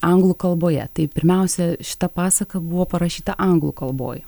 anglų kalboje tai pirmiausia šita pasaka buvo parašyta anglų kalboj